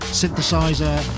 synthesizer